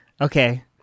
Okay